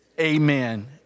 Amen